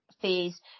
phase